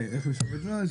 תראה את